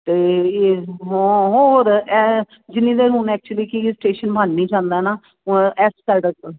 ਅਤੇ ਇਹ ਹਾਂ ਹੋਰ ਐ ਜਿੰਨੀ ਦੇਰ ਨੂੰ ਹੁਣ ਐਕਚੁਲੀ ਕਿ ਸਟੇਸ਼ਨ ਬਣ ਨਹੀਂ ਜਾਂਦਾ ਨਾ ਇਸ ਗੱਲ ਦਾ